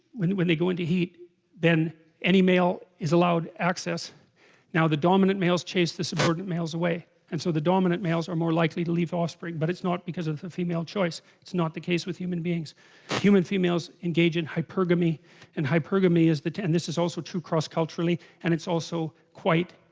when they go, into heat then any male is allowed access now the dominant males chase the subordinate males away and so the dominant males are more likely to leave offspring but it's not because of the female choice it's not the case with human beings human females engage in hypergamy and hypergamy is the ten this is also to cross culturally and it's, also quite